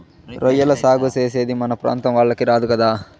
రొయ్యల సాగు చేసేది మన ప్రాంతం వాళ్లకి రాదు కదా